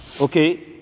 Okay